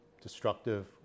destructive